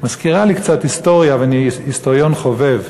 מזכירה לי קצת היסטוריה, ואני היסטוריון חובב.